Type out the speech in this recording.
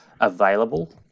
available